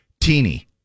teeny